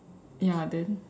ya then